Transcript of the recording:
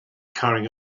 carrying